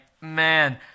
man